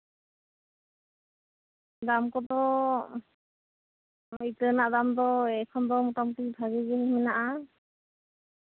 ᱫᱟᱢ ᱠᱚᱫᱚ ᱤᱛᱟᱹ ᱨᱮᱱᱟᱜ ᱫᱟᱢ ᱫᱚ ᱮᱠᱷᱚᱱ ᱫᱚ ᱢᱳᱴᱟᱢᱩᱴᱤ ᱵᱷᱟᱹᱜᱤ ᱜᱮ ᱢᱮᱱᱟᱜᱼᱟ